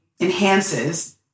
enhances